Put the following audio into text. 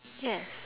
yes